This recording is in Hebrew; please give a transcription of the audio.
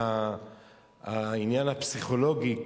מהעניין הפסיכולוגי,